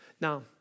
Now